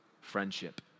friendship